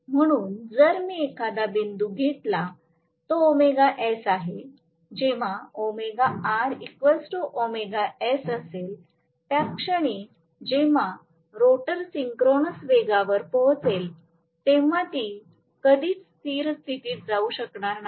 म्हणून जर मी एखादा बिंदू घेतला तो आहे जेव्हा असेल त्या क्षणी जेव्हा रोटर सिंक्रोनस वेगावर पोहचेल तेव्हा ती कधीच स्थिर स्थितीत जाऊ शकत नाही